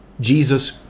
Jesus